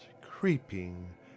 creeping